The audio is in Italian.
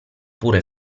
pure